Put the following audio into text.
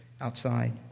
outside